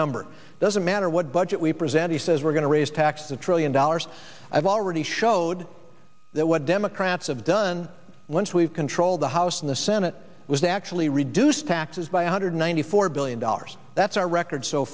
number doesn't matter what budget we present he says we're going to raise taxes trillion dollars i've already showed that what democrats have done once we've controlled the house in the senate was actually reduced taxes by a hundred ninety four billion dollars that's our record so